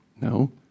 No